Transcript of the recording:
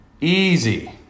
Easy